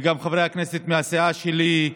וגם לחברי הכנסת מהסיעה שלי,